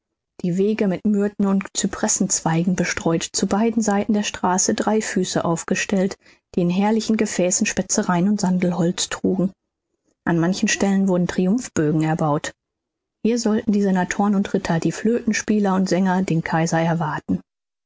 die wege mit myrthen und cypressenzweigen bestreut zu beiden seiten der straße dreifüße aufgestellt die in herrlichen gefäßen specereien und sandelholz trugen an manchen stellen wurden triumphbögen erbaut hier sollten die senatoren und ritter die flötenspieler und sänger den kaiser erwarten